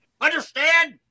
Understand